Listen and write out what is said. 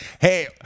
Hey